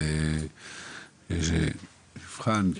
שיבחן,